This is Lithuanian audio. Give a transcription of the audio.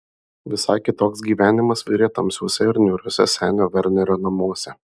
visai kitoks gyvenimas virė tamsiuose ir niūriuose senio vernerio namuose